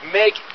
make